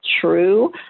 true